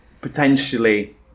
potentially